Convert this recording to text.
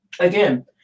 again